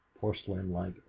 porcelain-like